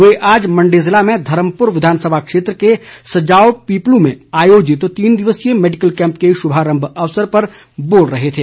वे आज मण्डी जिले में धर्मपुर विधानसभा क्षेत्र के सज्जाओ पिपलू में आयोजित तीन दिवसीय मैडिकल कैंप के शुभारंभ अवसर पर बोल रहे थे